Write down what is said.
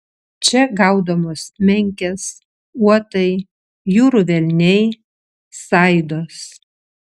čia gaudomos menkės uotai jūrų velniai saidos